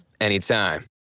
anytime